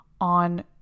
on